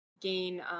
gain